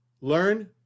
learn